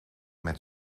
met